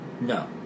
No